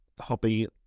hobby